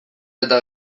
eta